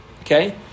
okay